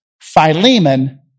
Philemon